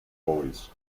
boys